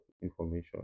information